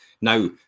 Now